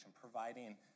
providing